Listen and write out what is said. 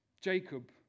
Jacob